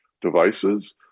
devices